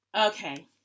okay